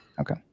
Okay